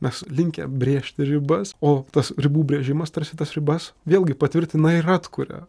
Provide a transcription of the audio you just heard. mes linkę brėžti ribas o tas ribų brėžimas tarsi tas ribas vėlgi patvirtina ir atkuria